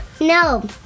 no